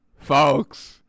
folks